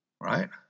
Right